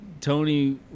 Tony